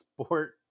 sport